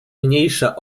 mniejsza